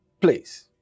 please